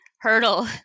hurdle